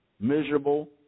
miserable